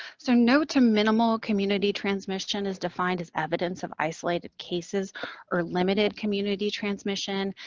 so, no to minimal community transmission is defined as evidence of isolated cases or limited community transmission,